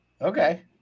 Okay